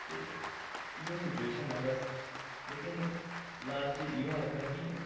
ते इ'यै सिचुएशन ऐ बस लेकिन लास्ट इ'यै आखगा कि